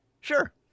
Sure